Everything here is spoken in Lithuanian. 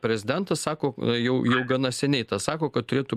prezidentas sako jau jau gana seniai tą sako kad turėtų